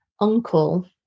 uncle